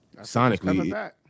sonically